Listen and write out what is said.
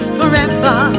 forever